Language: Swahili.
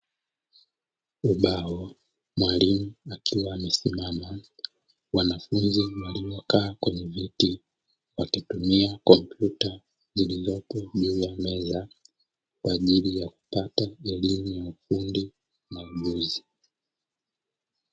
Ubao, mwalimu akiwa amesimama, wanafunzi waliokaa kwenye viti, wakitumia tarakilishi zilizoko juu ya meza, kwa ajili ya kupata elimu ya ufundi na ujuzi.